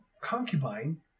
concubine